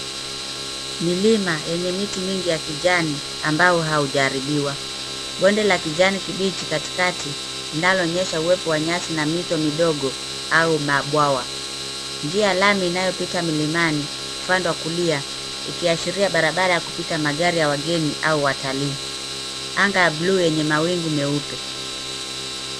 Milima yenye miti mingi ya kijani ambao haujaharibiwa. Bonde la kijani kibichi katikati linaloonyesha uwepo wa nyasi na mito midogo au mabwawa. Njia ya lami inayopita milimani upande wa kulia ikiashiria barabara ya kupita magari ya wageni au watalii. Anga ya bluu yenye mawingu meupe.